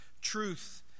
truth